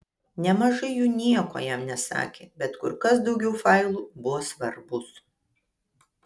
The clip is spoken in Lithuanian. nemažai jų nieko jam nesakė bet kur kas daugiau failų buvo svarbūs